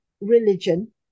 religion